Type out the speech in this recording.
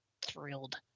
thrilled